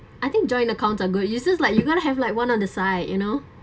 I think joint account are good uses like you're going to have like one on the side you know